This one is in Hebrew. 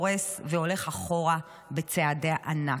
והולך אחורה בצעדי ענק.